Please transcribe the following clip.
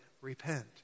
repent